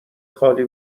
خالی